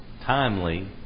timely